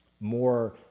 more